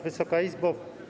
Wysoka Izbo!